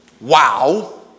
wow